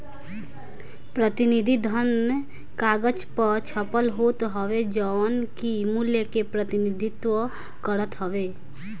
प्रतिनिधि धन कागज पअ छपल होत हवे जवन की मूल्य के प्रतिनिधित्व करत हवे